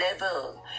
level